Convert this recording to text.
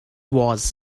was